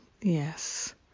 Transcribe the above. Yes